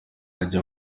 ajya